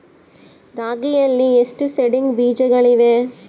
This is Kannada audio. ರಾಗಿಯಲ್ಲಿ ಎಷ್ಟು ಸೇಡಿಂಗ್ ಬೇಜಗಳಿವೆ?